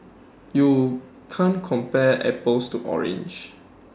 you can't compare apples to oranges